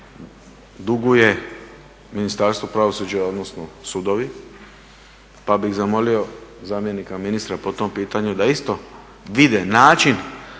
duguje Ministarstvo pravosuđa odnosno sudovi. Pa bih zamolio zamjenika ministra po tom pitanju da isto vide način